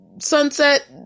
Sunset